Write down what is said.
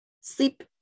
Sleep